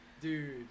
Dude